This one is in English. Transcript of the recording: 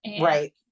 right